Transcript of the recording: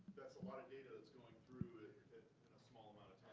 that's a lot of data that's going through, in a small